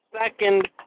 second